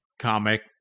comic